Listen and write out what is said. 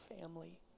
family